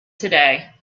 today